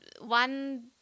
one